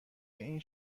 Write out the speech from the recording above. این